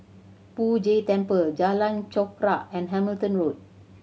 Poh Jay Temple Jalan Chorak and Hamilton Road